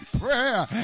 Prayer